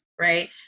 right